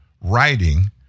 writing